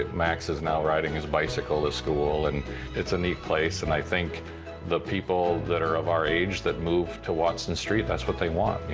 ah max is now riding his bicycle to school. and it's a neat place. and i think the people that are of our age that move to watson street, that's what they want.